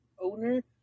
owner